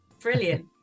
brilliant